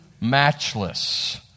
matchless